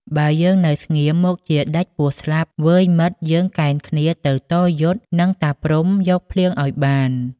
បើយើងនៅស្ងៀមមុខជាដាច់ពោះស្លាប់ វ៉ិយមិត្តយើងកេណ្ឌគ្នាទៅតយុទ្ធ និងតាព្រហ្មយកភ្លៀងឱ្យបាន។